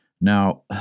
Now